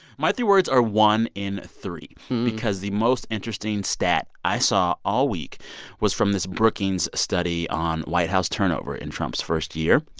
my three words are one in three because the most interesting stat i saw all week was from this brookings study on white house turnover in trump's first year.